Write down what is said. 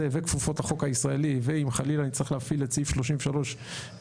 וכפופות לחוק הישראלי ואם חלילה נצטרך להפעיל את סעיף 33 לחוק,